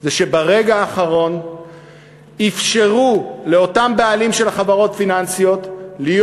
זה שברגע האחרון אפשרו לאותם בעלים של חברות פיננסיות להיות